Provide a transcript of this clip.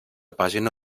pàgina